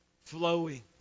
flowing